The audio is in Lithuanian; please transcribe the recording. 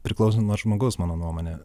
priklauso nuo žmogus mano nuomone